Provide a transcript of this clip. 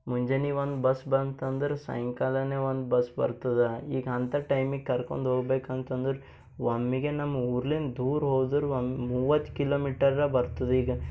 ಮುಂಜಾನೆ ಒಂದು ಬಸ್ ಬಂತಂದರೆ ಸಾಯಂಕಾಲನೇ ಒಂದು ಬಸ್ ಬರ್ತದೆ ಈಗ ಅಂತ ಟೈಮಿಗೆ ಕರ್ಕೊಂಡ್ಹೋಗ್ಬೇಕು ಅಂತಂದ್ರೆ ಒಮ್ಮಿಗ್ ನಮ್ಮೂರ್ಲಿನ್ ದೂರ ಹೋದ್ರೆ ಒಂದು ಮೂವತ್ತು ಕಿಲಮೀಟರ ಬರ್ತದೀಗ